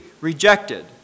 rejected